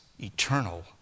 eternal